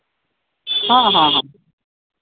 ᱦᱮᱸ ᱦᱮᱸ